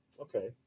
Okay